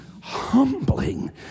humbling